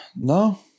No